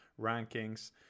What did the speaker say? rankings